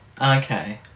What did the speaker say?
Okay